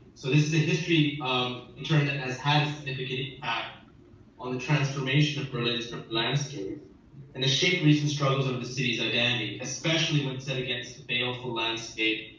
so this is a history um in turn that has had significant impact on the transformation of berlin's urban but landscape and to shape recent struggles of the cities identity, especially when set against the baleful landscape,